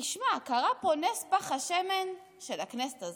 תשמע, קרה פה נס פך השמן של הכנסת הזאת.